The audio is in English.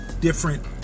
different